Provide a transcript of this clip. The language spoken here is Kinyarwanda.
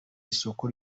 isoko